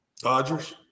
Dodgers